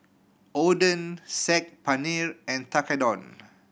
Oden Saag Paneer and Tekkadon